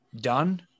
done